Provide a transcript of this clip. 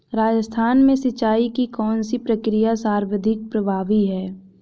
राजस्थान में सिंचाई की कौनसी प्रक्रिया सर्वाधिक प्रभावी है?